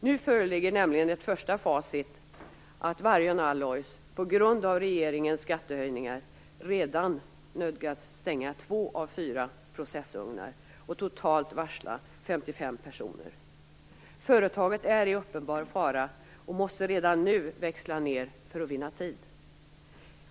Nu föreligger nämligen ett första facit: Vargön Alloys har på grund av regeringens skattehöjningar redan nödgats stänga två av fyra processugnar, och varslat totalt 55 personer. Företaget är i uppenbar fara och måste redan nu växla ner för att vinna tid.